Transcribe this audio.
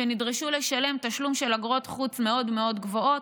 שנדרש לשלם תשלום של אגרות חוץ מאוד מאוד גבוהות.